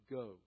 go